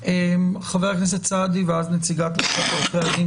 חבר הכנסת סעדי ואז נציגת לשכת עורכי הדין